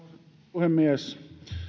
puhemies